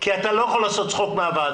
כי אתה לא יכול לעשות צחוק מהוועדה.